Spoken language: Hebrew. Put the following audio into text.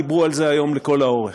דיברו על זה היום לכל האורך.